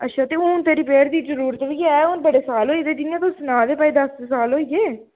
अच्छा ते हून ते रिपेअर दी जरूरत बी ऐ हून बड़े साल होई दे जि'यां तुस सनादे के भाई दस्स साल होई गे